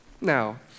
Now